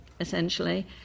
essentially